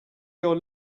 your